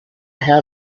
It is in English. had